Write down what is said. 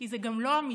כי זה גם לא אמיתי.